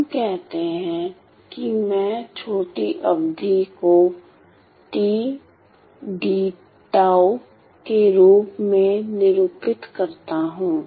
हम कहते हैं कि मैं छोटी अवधि को के रूप में निरूपित करता हूं